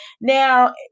Now